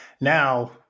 now